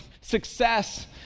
success